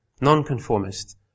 non-conformist